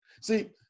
See